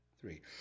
three